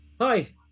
Hi